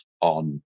on